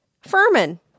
Furman